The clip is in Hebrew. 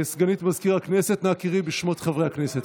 סגנית מזכיר הכנסת, נא קראי בשמות חברי הכנסת.